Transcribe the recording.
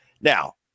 Now